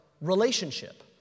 relationship